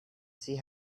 see